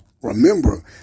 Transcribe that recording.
Remember